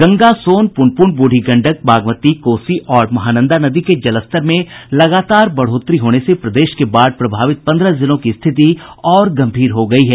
गंगा सोन पुनपुन बूढ़ी गंडक बागमती कोसी और महानंदा नदी के जलस्तर में लगातार बढ़ोतरी होने से प्रदेश के बाढ़ प्रभावित पंद्रह जिलों की स्थिति और गंभीर हो गयी है